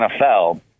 NFL